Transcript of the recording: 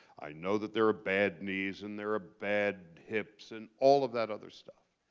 i know that there are bad knees, and there are bad hips, and all of that other stuff.